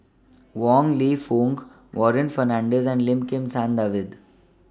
Wong Lew Foong Warren Fernandez and Lim Kim San David